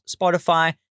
Spotify